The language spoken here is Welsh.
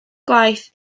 gwaith